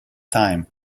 time